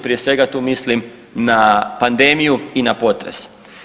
Prije svega tu mislim na pandemiju i na potres.